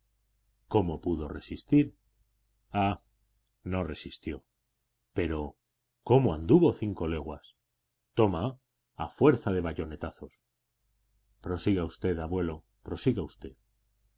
cómo pudo resistir ah no resistió pero cómo anduvo cinco leguas toma a fuerza de bayonetazos prosiga usted abuelo prosiga usted